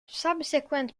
subsequent